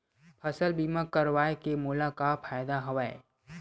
फसल बीमा करवाय के मोला का फ़ायदा हवय?